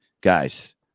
guys